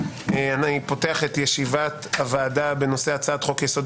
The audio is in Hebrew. אני פותח את ישיבת הוועדה בנושא הצעת חוק-יסוד: